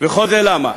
וכל זה למה?